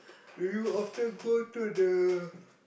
do you often go to the